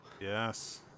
Yes